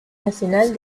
nacional